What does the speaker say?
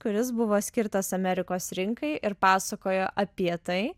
kuris buvo skirtas amerikos rinkai ir pasakojo apie tai